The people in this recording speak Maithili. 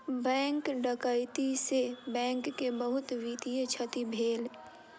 बैंक डकैती से बैंक के बहुत वित्तीय क्षति भेल